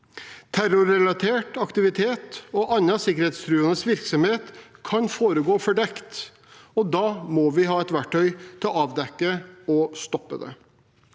Terrorrelatert aktivitet og annen sikkerhetstruende virksomhet kan foregå fordekt, og da må vi ha verktøy til å avdekke og stoppe det.